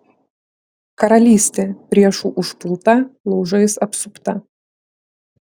karalystė priešų užpulta laužais apsupta